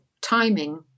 timing